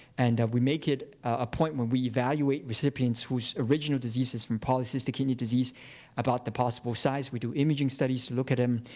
and we make it a point when we evaluate recipients whose original disease is from polycystic kidney disease about the possible size. we do imaging studies to look at them.